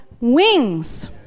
wings